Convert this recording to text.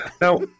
Now